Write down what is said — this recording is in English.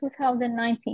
2019